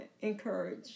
encourage